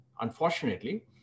unfortunately